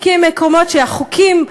כי הם מקומות שהחוקים,